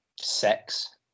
sex